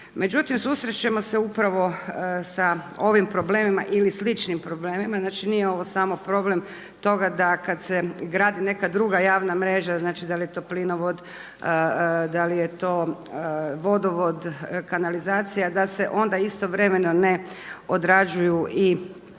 Međutim susrećemo se upravo sa ovim problemima ili sličnim problemima, znači nije ovo samo problem toga da kada se gradi neka druga javna mreža, znači da li je to plinovod, da li je to vodovod, kanalizacija, da se onda istovremeno ne odrađuju i